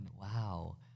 Wow